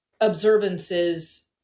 observances